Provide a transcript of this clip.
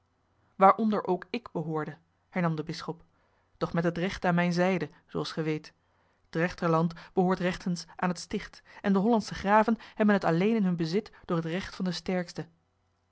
waaronder ook ik behoorde hernam de bisschop doch met het recht aan mijne zijde zooals ge weet drechterland behoort rechtens aan het sticht en de hollandsche graven hebben het alleen in hun bezit door het recht van den sterkste